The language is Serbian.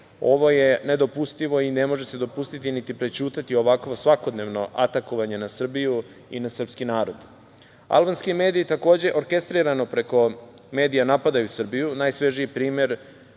ovo je nedopustivo i ne može se dopustiti niti prećutati ovakvo svakodnevno atakovanje na Srbiju i na srpski narod. Albanski mediji takođe orkestrirano preko medija napadaju Srbiju. Najsvežiji primer